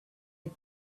had